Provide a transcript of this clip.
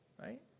right